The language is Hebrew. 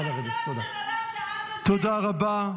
תודה רבה.